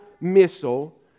missile